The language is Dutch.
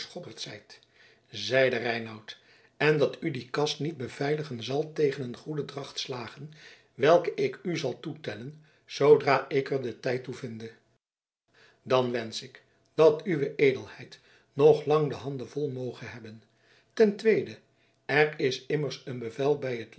schobberd zijt zeide reinout en dat u die kast niet beveiligen zal tegen een goede dracht slagen welke ik u zal toetellen zoodra ik er den tijd toe vinde dan wensch ik dat uwe edelheid nog lang de handen vol moge hebben ten tweede er is immers een bevel bij het